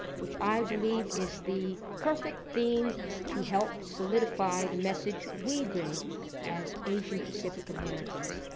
which i believe is the perfect theme to help solidify the message we bring as asian-pacific americans.